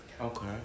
Okay